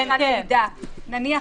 נניח,